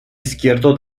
izquierdo